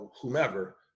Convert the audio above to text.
whomever